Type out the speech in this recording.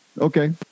Okay